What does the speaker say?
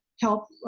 help